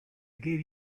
gave